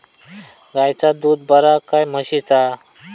गायचा दूध बरा काय म्हशीचा?